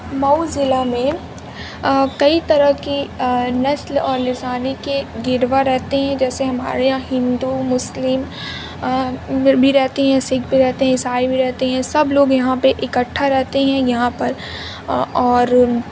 مئو ضلع میں کئی طرح کی نسل اور لسانی کے گروہ رہتے ہیں جیسے ہمارے یہاں ہندو مسلم بھی رہتے ہیں سکھ بھی رہتے ہیں عیسائی بھی رہتے ہیں سب لوگ یہاں پہ اکٹھا رہتے ہیں یہاں پر اور